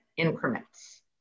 increments